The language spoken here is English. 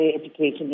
education